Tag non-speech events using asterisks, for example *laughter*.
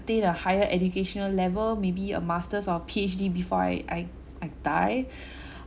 obtain a higher educational level maybe a masters or P_H_D before I I I die *breath*